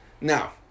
Now